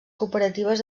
cooperatives